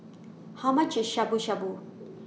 How much IS Shabu Shabu